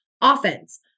offense